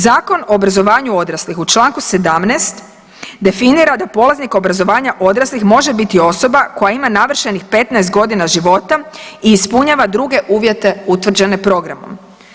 Zakon o obrazovanju odraslih u čl. 17. definira da polaznik obrazovanja odraslih može biti osoba koja ima navršenih 15.g. života i ispunjava druge uvjete utvrđene programom.